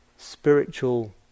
Spiritual